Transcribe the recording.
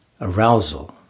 arousal